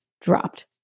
dropped